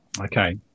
Okay